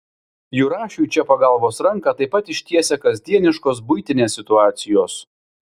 jurašiui čia pagalbos ranką taip pat ištiesia kasdieniškos buitinės situacijos